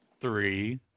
three